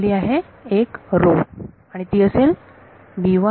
ही आपली आहे एक रो आणि ती असेल